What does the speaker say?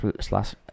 slash